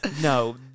no